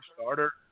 starter